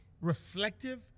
reflective